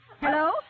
Hello